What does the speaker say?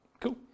Cool